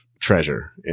treasure